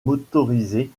motorisée